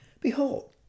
Behold